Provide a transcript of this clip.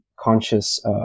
conscious